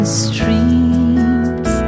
streams